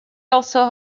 also